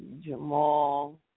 Jamal